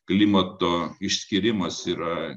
klimato išskyrimas yra